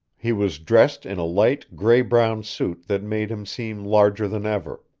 he was dressed in a light gray-brown suit that made him seem larger than ever.